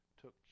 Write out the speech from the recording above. took